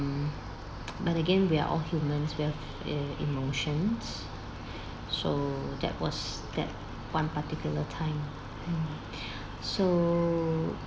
but again we are all humans we have uh emotions so that was that one particular time and so